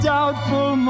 Doubtful